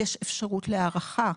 יש אפשרות להארכה.